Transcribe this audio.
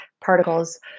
particles